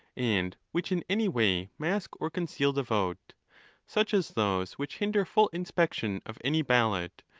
and which in any way mask or conceal the vote such as those which hinder full inspection of any ballot,